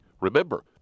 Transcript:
Remember